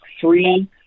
three